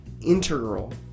integral